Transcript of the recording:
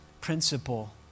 principle